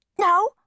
No